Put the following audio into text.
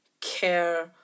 care